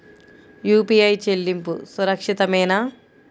UPI చెల్లింపు సురక్షితమేనా?